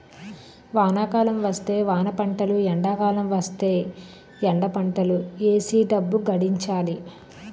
వానాకాలం వస్తే వానపంటలు ఎండాకాలం వస్తేయ్ ఎండపంటలు ఏసీ డబ్బు గడించాలి